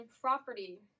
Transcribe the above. Property